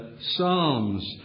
psalms